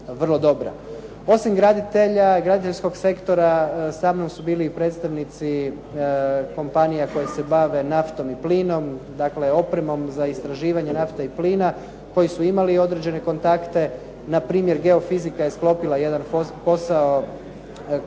Osim graditelja građevinskog sektora sa mnom su bili i predstavnici kompanija koje se bave naftom i plinom, dakle opremom za istraživanje nafte i plina, koji su imali određene kontakte, npr. "Geofizika" je sklopila jedan posao, procjenjuju